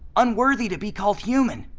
unworthy to be called human.